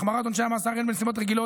החמרת עונשי המאסר הן בנסיבות רגילות